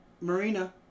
Marina